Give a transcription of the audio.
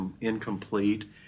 incomplete